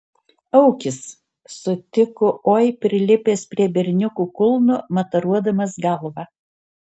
aukis sutiko oi prilipęs prie berniuko kulno mataruodamas galva